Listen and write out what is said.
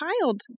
child